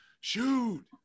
shoot